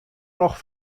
noch